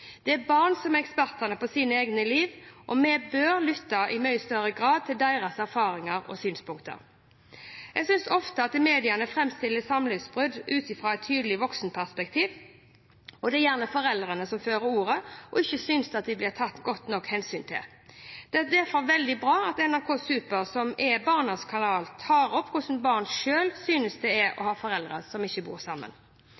Det er barna som er eksperter på sine egne liv, og vi bør i mye større grad lytte til deres erfaringer og synspunkter. Jeg synes ofte at mediene framstiller samlivsbrudd ut fra et tydelig voksenperspektiv. Det er gjerne foreldrene som fører ordet og ikke synes de blir tatt godt nok hensyn til. Det er derfor veldig bra at NRK Super – som er barnas kanal – tar opp hvordan barn selv synes det er å ha foreldre som ikke bor sammen.